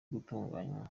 gutunganywa